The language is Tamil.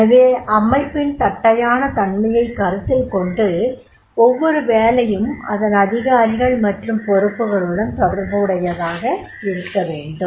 எனவே அமைப்பின் தட்டையான தன்மையைக் கருத்தில் கொண்டு ஒவ்வொரு வேலையும் அதன் அதிகாரிகள் மற்றும் பொறுப்புகளுடன் தொடர்புடையதாக இருக்க வேண்டும்